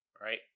right